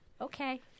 okay